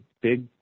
big